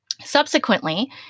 Subsequently